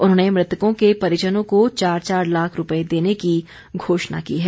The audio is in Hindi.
उन्होंने मृतकों के परिजनों को चार चार लाख रूपए देने की घोषणा की है